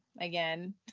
again